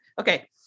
Okay